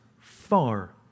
far